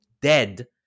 dead